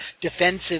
defensive